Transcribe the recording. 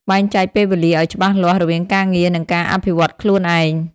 បែងចែកពេលវេលាឱ្យច្បាស់លាស់រវាងការងារ និងការអភិវឌ្ឍខ្លួនឯង។